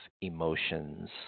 emotions